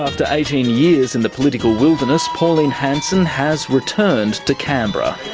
after eighteen years in the political wilderness, pauline hanson has returned to canberra.